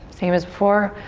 same as before,